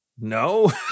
No